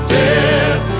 death